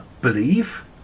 Believe